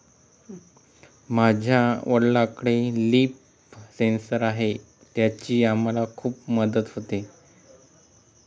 माझ्या वडिलांकडे leaf sensor आहे त्याची आम्हाला खूप मदत होते